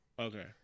Okay